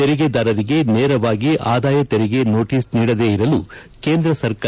ತೆರಿಗೆದಾರರಿಗೆ ನೇರವಾಗಿ ಆದಾಯ ತೆರಿಗೆ ನೋಟಿಸ್ ನೀಡದೆ ಇರಲು ಕೇಂದ ಸರ್ಕಾರ